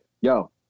yo